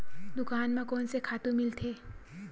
दुकान म कोन से खातु मिलथे?